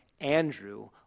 Andrew